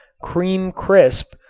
kream krisp,